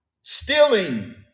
stealing